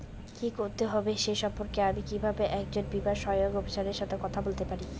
কী করতে হবে সে সম্পর্কে আমি কীভাবে একজন বীমা সহায়তা অফিসারের সাথে কথা বলতে পারি?